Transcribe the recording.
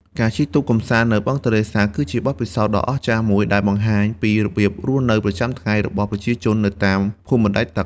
ការជិះទូកកម្សាន្តនៅបឹងទន្លេសាប គឺជាបទពិសោធន៍ដ៏អស្ចារ្យមួយដែលបង្ហាញពីរបៀបរស់នៅប្រចាំថ្ងៃរបស់ប្រជាជននៅតាមភូមិបណ្តែតទឹក។